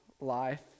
life